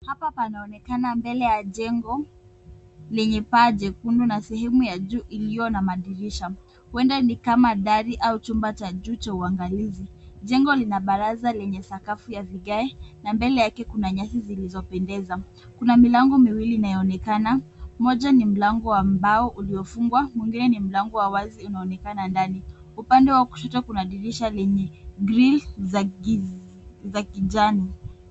Hapa panaonekana mbele ya jengo, lenye paa jekundu na sehemu ya juu iliyo na madirisha. Huenda ni kama dari au chumba cha juu cha uangalizi. Jengo lina baraza lenye sakafu ya vigae, na mbele yake kuna nyasi zilizopendeza. Kuna milango miwili inayoonekana, moja ni mlango wa mbao uliofungwa, mwingine ni mlango wa wazi unaoonekana ndani. Upande wa kushoto kuna dirisha lenye grill za kijani.